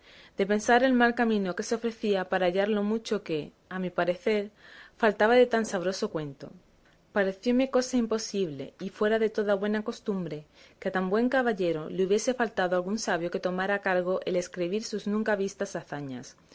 de pensar el mal camino que se ofrecía para hallar lo mucho que a mi parecer faltaba de tan sabroso cuento parecióme cosa imposible y fuera de toda buena costumbre que a tan buen caballero le hubiese faltado algún sabio que tomara a cargo el escrebir sus nunca vistas hazañas